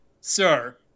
sir